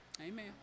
Amen